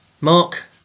Mark